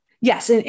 yes